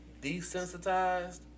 Desensitized